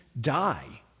die